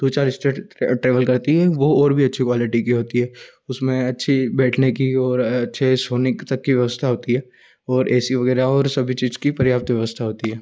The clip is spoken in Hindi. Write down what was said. दो चार स्टेट ट्रैवल करती है वह और भी अच्छी क्वालिटी की होती है उसमें अच्छे बैठने की और अच्छे सोने तक की व्यवस्था होती है और ए सी वगैरह और सभी चीज़ की पर्याप्त व्यवस्था होती है